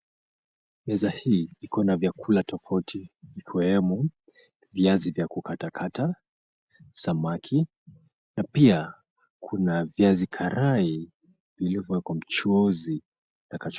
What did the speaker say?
Meza hii iko na vyakula tofauti ikiwemo viazi vya kukatakata, samaki, na pia kuna viazi karai vilivyowekwa mchuzi na kachumbari.